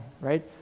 right